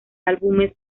álbumes